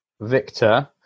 Victor